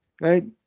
Right